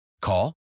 Call